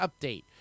update